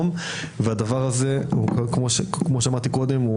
כמו שאמרתי קודם,